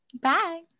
Bye